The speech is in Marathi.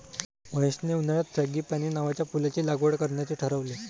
महेशने उन्हाळ्यात फ्रँगीपानी नावाच्या फुलाची लागवड करण्याचे ठरवले